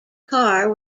car